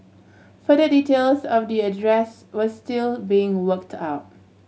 further details of the address were still being worked out